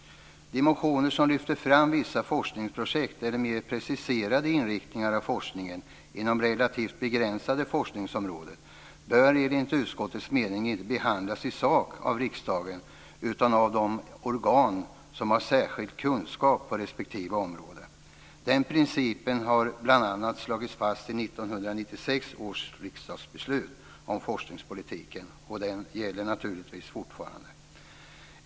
De motioner som lyfter fram vissa forskningsprojekt eller mer preciserade inriktningar av forskningen inom relativt begränsade forskningsområden bör enligt utskottets mening inte behandlas i sak av riksdagen utan av de organ som har särskild kunskap på respektive område. Denna princip har slagits fast bl.a. i 1996 års riksdagsbeslut om forskningspolitiken och den gäller naturligtvis fortfarande.